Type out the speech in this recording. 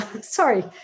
sorry